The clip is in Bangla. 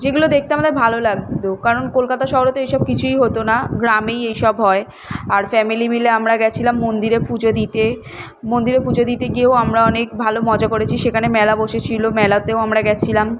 যেগুলো দেখতে আমাদের ভালো লাগত কারণ কলকাতা শহরে তো এই সব কিছুই হতো না গ্রামেই এই সব হয় আর ফ্যামিলি মিলে আমরা গেছিলাম মন্দিরে পুজো দিতে মন্দিরে পুজো দিতে গিয়েও আমরা অনেক ভালো মজা করেছি সেখানে মেলা বসেছিলো মেলাতেও আমরা গেছিলাম